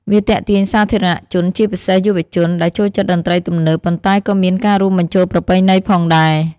វាទាក់ទាញសាធារណជនជា ពិសេសយុវជន ដែលចូលចិត្តតន្ត្រីទំនើប ប៉ុន្តែក៏មានការរួមបញ្ជូលប្រពៃណីផងដែរ។